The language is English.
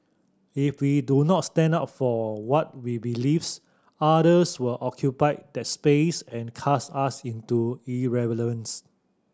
if we do not stand up for what we believes others will occupy that space and cast us into irrelevance